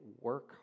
work